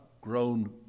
grown